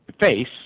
face